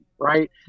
right